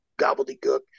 gobbledygook